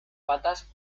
patas